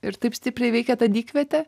ir taip stipriai veikė ta dykvietė